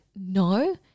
no